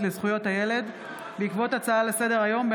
לזכויות הילד בעקבות דיון בהצעה לסדר-היום של